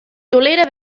tolera